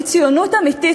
כי ציונות אמיתית,